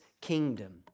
kingdom